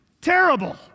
terrible